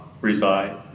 reside